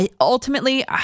Ultimately